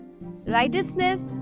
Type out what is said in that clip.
righteousness